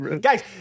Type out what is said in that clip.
guys